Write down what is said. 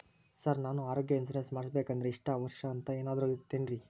Sir ನಾನು ಆರೋಗ್ಯ insurance ಮಾಡಿಸ್ಬೇಕಂದ್ರೆ ಇಷ್ಟ ವರ್ಷ ಅಂಥ ಏನಾದ್ರು ಐತೇನ್ರೇ?